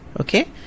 Okay